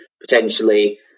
potentially